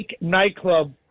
nightclub